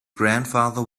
grandfather